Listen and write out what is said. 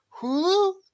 Hulu